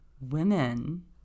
Women